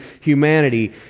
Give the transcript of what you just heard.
humanity